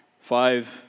Five